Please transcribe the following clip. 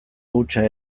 hutsa